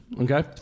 Okay